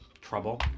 trouble